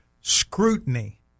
scrutiny